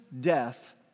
death